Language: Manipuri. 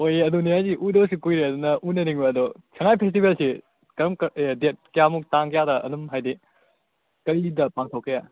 ꯍꯣꯏꯅꯦ ꯑꯗꯨꯅꯤ ꯍꯥꯏꯁꯦ ꯎꯗꯕꯁꯨ ꯀꯨꯏꯔꯦ ꯑꯗꯨꯅ ꯎꯅꯅꯤꯡꯕ ꯑꯗꯣ ꯁꯉꯥꯏ ꯐꯦꯁꯇꯤꯚꯦꯜꯁꯤ ꯀꯔꯝ ꯗꯦꯠ ꯀꯌꯥꯃꯨꯛ ꯇꯥꯡ ꯀꯌꯥꯗ ꯑꯗꯨꯝ ꯍꯥꯏꯗꯤ ꯀꯩꯗ ꯄꯥꯡꯊꯣꯛꯀꯦ